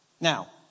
Now